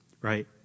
right